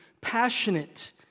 passionate